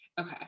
okay